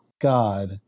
God